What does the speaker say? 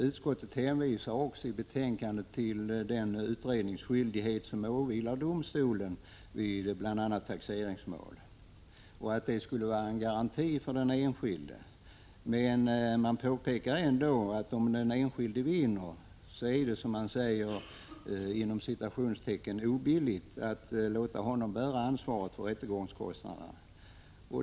Utskottet hänvisar i betänkandet till den utredningsskyldighet som åvilar domstolen vid bl.a. taxeringsmål och menar att den skulle vara en garanti för den enskilde. Men utskottet påpekar ändå: Om den enskilde vinner målet, är det ”obilligt” att låta honom bära ansvaret för rättegångskostnaderna.